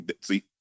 See